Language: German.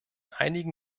einigen